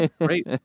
great